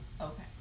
Okay